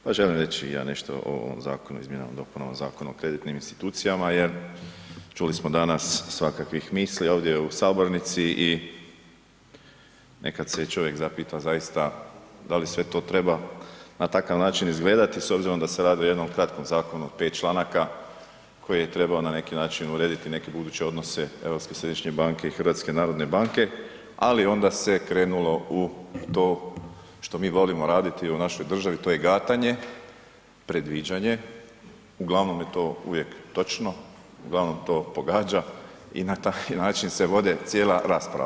Pa želim reći i ja nešto o ovom zakonu, Izmjenama i dopunama Zakona o kreditnim institucijama jer čuli smo danas svakakvih misli ovdje u sabornici i nekad se čovjek zapita zaista da li sve to treba na takav način izgledati s obzirom da se radi o jednom kratkom zakonu od 5 članaka koji je trebao na neki način urediti neke buduće odnose Europske središnje banke i HNB-a ali onda se krenulo u to što mi volimo raditi u našoj državi to je gatanje, predviđanje, uglavnom je to uvijek točno, uglavnom to pogađa i na taj način se vodi cijela rasprava.